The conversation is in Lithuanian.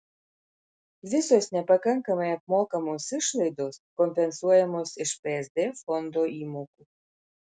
visos nepakankamai apmokamos išlaidos kompensuojamos iš psd fondo įmokų